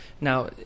Now